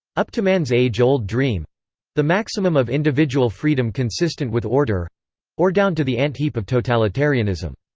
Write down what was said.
up to man's age-old dream the maximum of individual freedom consistent with order or down to the ant heap of totalitarianism.